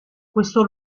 questo